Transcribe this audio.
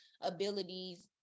abilities